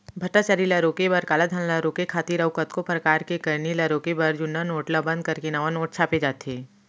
भस्टाचारी ल रोके बर, कालाधन ल रोके खातिर अउ कतको परकार के करनी ल रोके बर जुन्ना नोट ल बंद करके नवा नोट छापे जाथे